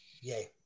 Yay